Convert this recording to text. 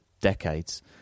decades